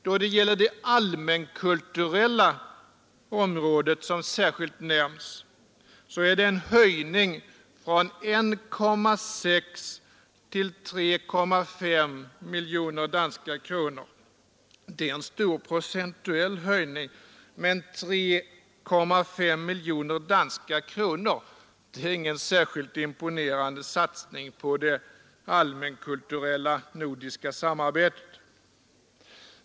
Då det gäller det allmänkulturella området, som särskilts nämns, är det en höjning från 1,6 till 3,5 miljoner danska kronor. Det är en stor procentuell höjning, men 3,5 miljoner danska kronor är ingen särskilt imponerande satsning på det allmänkulturella nordiska samarbetet.